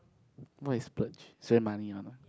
what is splurge spend money on mah